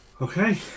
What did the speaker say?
Okay